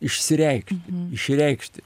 išsireikšti išreikšti